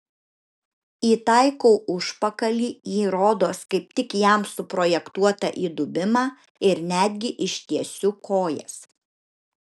įtaikau užpakalį į rodos kaip tik jam suprojektuotą įdubimą ir netgi ištiesiu kojas